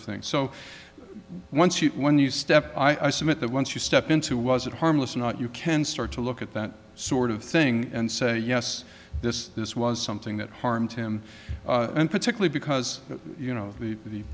of thing so once you when you step i submit that once you step into was it harmless not you can start to look at that sort of thing and say yes this this was something that harmed him in particular because you know the